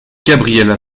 gabriela